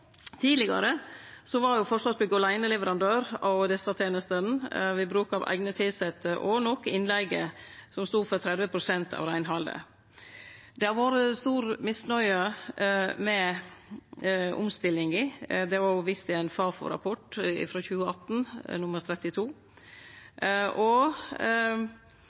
Tidlegare var Forsvarsbygg aleine leverandør av desse tenestene ved bruk av eigne tilsette og noko innleige, som stod for 30 pst. av reinhaldet. Det har vore stor misnøye med omstillinga. Det er òg vist til ein FAFO-rapport frå 2018, rapport nr. 32. Kontrakten med ISS går ut i januar 2020, og